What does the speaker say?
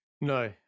No